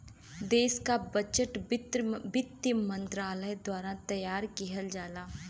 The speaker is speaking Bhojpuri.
देश क बजट वित्त मंत्रालय द्वारा तैयार किहल जाला